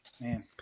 Man